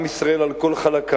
עם ישראל על כל חלקיו,